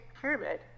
pyramid